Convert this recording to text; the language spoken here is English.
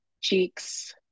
cheeks